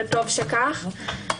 וטוב שכך.